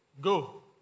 go